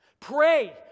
pray